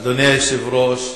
אדוני היושב-ראש,